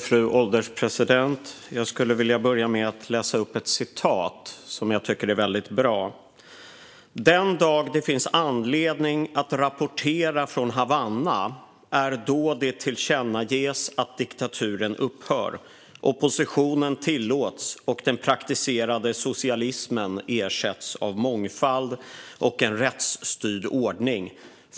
Fru ålderspresident! Jag skulle vilja börja med att läsa upp ett citat som jag tycker är väldigt bra: "Den dag det finns anledning att rapportera från Havanna är då det tillkännages att diktaturen upphör, oppositionen tillåts och den praktiserade socialismen ersätts av mångfald och en rättsstyrd ordning.